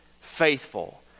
faithful